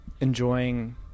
enjoying